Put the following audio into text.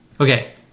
Okay